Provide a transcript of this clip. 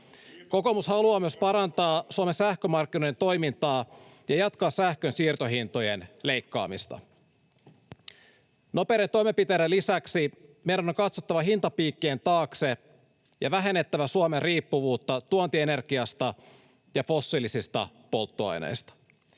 Kokoomus haluaa myös parantaa Suomen sähkömarkkinoiden toimintaa ja jatkaa sähkön siirtohintojen leikkaamista. Nopeiden toimenpiteiden lisäksi meidän on katsottava hintapiikkien taakse ja vähennettävä Suomen riippuvuutta tuontienergiasta ja fossiilisista polttoaineista.